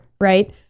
right